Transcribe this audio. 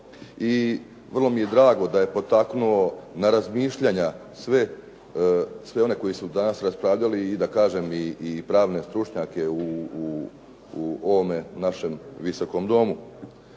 i vrlo mi je drago da je potaknuo na razmišljanja sve one koji su danas raspravljali i da kažem i pravne stručnjake u ovome našem Visokom domu.